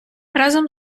разом